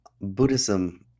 Buddhism